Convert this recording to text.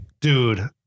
dude